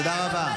תודה רבה.